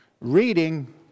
reading